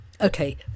Okay